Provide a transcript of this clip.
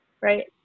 right